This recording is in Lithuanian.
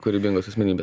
kūrybingos asmenybės